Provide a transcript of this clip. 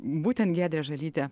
būtent giedrė žalytė